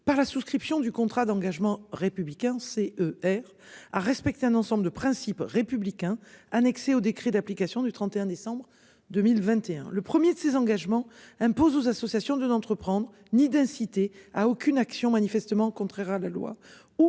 par la souscription du contrat d'engagement républicain C E R à respecter un ensemble de principes républicains annexée au décret d'application du 31 décembre 2021. Le 1er de ses engagements impose aux associations de d'entreprendre ni d'inciter à aucune action manifestement contraire à la loi,